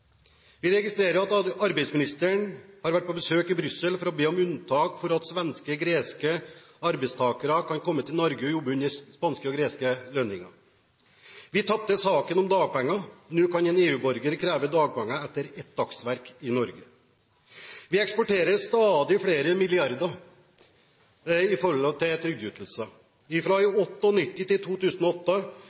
Vi registrerer at arbeidsministeren har vært på besøk i Brussel for å be om unntak for at spanske og greske arbeidstakere kan komme til Norge og jobbe under spanske og greske lønninger. Vi tapte saken om dagpenger. Nå kan en EU-borger kreve dagpenger etter ett dagsverk i Norge. Vi eksporterer stadig flere milliarder i trygdeytelser. Fra 1998 til 2008 doblet det seg fra 2,2 mrd. kr til